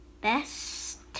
best